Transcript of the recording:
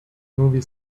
movie